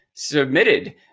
submitted